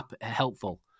helpful